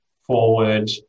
forward